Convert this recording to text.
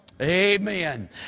Amen